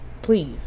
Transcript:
Please